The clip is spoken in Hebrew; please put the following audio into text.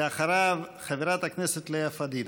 אחריו, חברת הכנסת לאה פדידה.